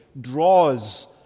draws